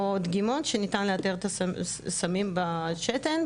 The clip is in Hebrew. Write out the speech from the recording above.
או דגימות שניתן לאתר את הסמים בשתן,